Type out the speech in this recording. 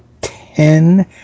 ten